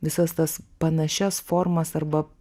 visas tas panašias formas arba